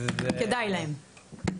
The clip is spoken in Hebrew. אז --- כדאי להן.